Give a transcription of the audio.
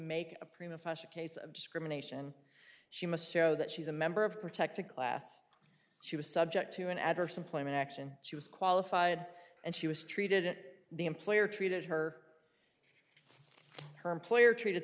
make a prima fascia case of discrimination she must show that she's a member of protected class she was subject to an adverse employment action she was qualified and she was treated it the employer treated her her employer treated